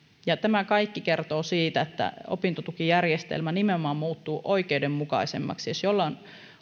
tämä kaikki kertoo siitä että opintotukijärjestelmä nimenomaan muuttuu oikeudenmukaisemmaksi jos jollain on